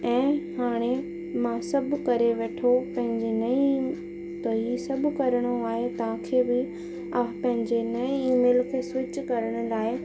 ऐं हाणे मां सभु करे वेठो पंहिंजे नई त ईअं सभु करिणो आहे तव्हां खे बि पंहिंजे नई ईमेल खे स्विच करण लाइ